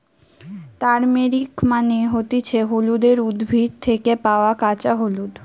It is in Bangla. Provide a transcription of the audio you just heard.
তারমেরিক মানে হতিছে হলুদের উদ্ভিদ থেকে পায়া কাঁচা হলুদ